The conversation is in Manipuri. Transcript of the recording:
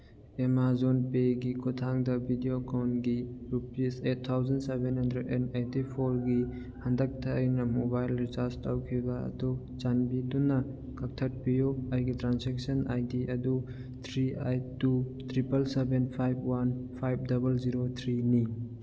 ꯑꯦꯃꯥꯖꯣꯟ ꯄꯦꯒꯤ ꯈꯨꯊꯥꯡꯗ ꯚꯤꯗꯤꯌꯣ ꯀꯣꯟꯒꯤ rupees eight thousand seven hundred and ninety ꯐꯣꯔꯒꯤ ꯍꯟꯗꯛꯇ ꯑꯩꯅ ꯃꯣꯕꯥꯏꯜ ꯔꯤꯆꯥꯔꯖ ꯇꯧꯈꯤꯕ ꯑꯗꯨ ꯆꯥꯟꯕꯤꯗꯨꯅ ꯀꯛꯊꯠꯄꯤꯌꯨ ꯑꯩꯒꯤ ꯇ꯭ꯔꯥꯟꯖꯦꯛꯁꯟ ꯑꯥꯏ ꯗꯤ ꯑꯗꯨ three eight two triple seven five one five double zero ꯊ꯭ꯔꯤꯅꯤ